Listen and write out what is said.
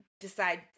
decide